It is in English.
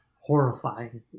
horrifying